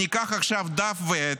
אני אקח עכשיו דף ועט,